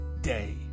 Day